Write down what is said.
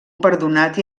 perdonat